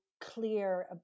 clear